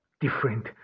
different